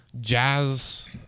jazz